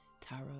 tarot